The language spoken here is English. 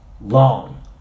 long